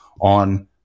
on